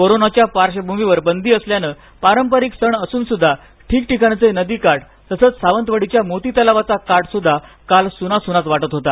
कोरोनाच्या पार्श्वभूमीवर बंदी असल्याने पारंपरिक सण असूनसूद्धा ठिकठिकाणचे नदीकाठ तसंच सावंतवाडीच्या मोतीतलावाचा काठही काल सुनासुनाच वाटत होता